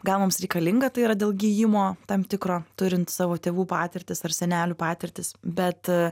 gal mums reikalinga tai yra dėl gijimo tam tikro turint savo tėvų patirtis ar senelių patirtis bet